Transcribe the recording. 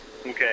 Okay